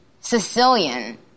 Sicilian